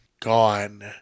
gone